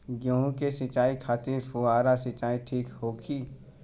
गेहूँ के सिंचाई खातिर फुहारा सिंचाई ठीक होखि?